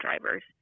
drivers